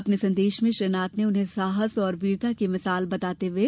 अपनें संदेश में श्री नाथ ने उन्हें साहस और वीरता की मिसाल बताते हुये